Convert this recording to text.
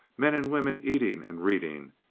men and women eating and reading,